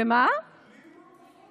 בלי